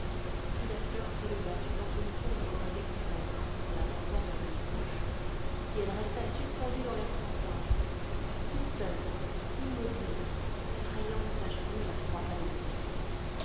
puis la fleur s'éleva suivant la courbe qu'aurait décrite un bras en la portant vers une bouche et elle resta suspendue dans l'air transparent toute seule immobile effrayante tache rouge à trois pas de mes yeux